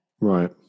Right